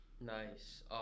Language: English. Nice